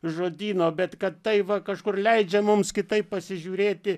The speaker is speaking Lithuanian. žodyno bet kad tai va kažkur leidžia mums kitaip pasižiūrėti